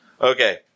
Okay